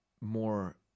more